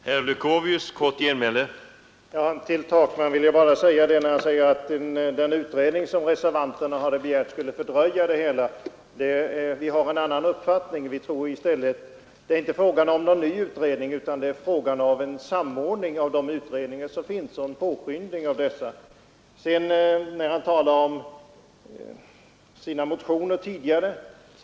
Herr talman! Herr Takman sade att den av reservanterna begärda utredningen skulle fördröja ärendets handläggning. Vi har en annan uppfattning. Det är inte fråga om en ny utredning utan om en samordning av de utredningar som finns och ett påskyndande av dessa. Herr Takman talade vidare om sina motioner från tidigare år.